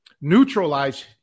neutralize